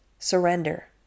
surrender